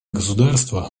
государства